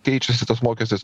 keičiasi tas mokestis